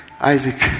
Isaac